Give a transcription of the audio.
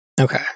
Okay